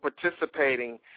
participating